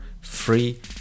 free